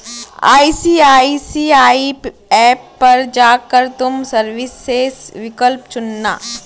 ICICI app पर जा कर तुम सर्विसेस विकल्प चुनना